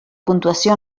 puntuació